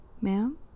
Ma'am